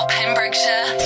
Pembrokeshire